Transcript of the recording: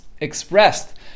expressed